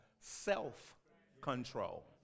self-control